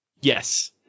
yes